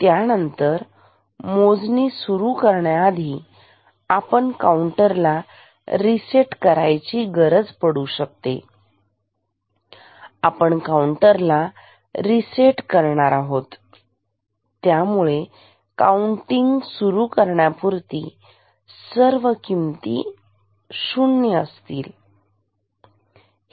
त्यानंतर मोजणी सुरू करण्याआधी आपण काउंटरला रीसेट करायची गरज पडू शकतेआपण काउंटरला रीसेट करणार आहोत त्यामुळे काउंटिंग सुरू करण्यापूर्वी सर्व किमती 0 असतील